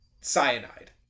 cyanide